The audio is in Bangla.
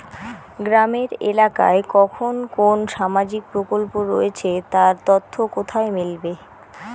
গ্রামের এলাকায় কখন কোন সামাজিক প্রকল্প রয়েছে তার তথ্য কোথায় মিলবে?